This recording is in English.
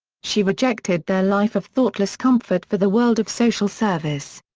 she rejected their life of thoughtless comfort for the world of social service.